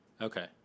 Okay